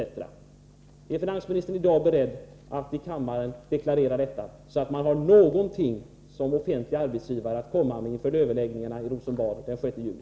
Är finansministern i dag beredd att här i kammaren deklarera detta, så att man som offentlig arbetsgivare har någonting att komma med inför överläggningarna i Rosenbad den 6 juni?